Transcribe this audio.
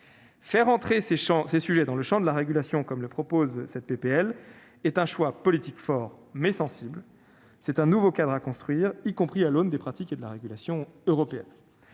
Faire entrer ces sujets dans le champ de la régulation, comme le souhaitent les auteurs de cette proposition de loi, est un choix politique fort, mais sensible. C'est un nouveau cadre à construire, y compris à l'aune des pratiques et de la régulation européenne.